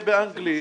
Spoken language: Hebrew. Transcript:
האנגלי,